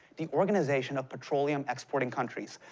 the organization of petroleum exporting countries.